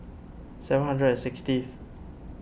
seven hundred and sixtieth